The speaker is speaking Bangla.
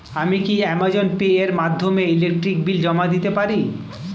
আমি কি অ্যামাজন পে এর মাধ্যমে ইলেকট্রিক বিল জমা দিতে পারি?